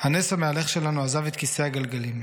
הנס המהלך שלנו עזב את כיסא הגלגלים /